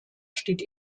steht